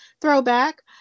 throwback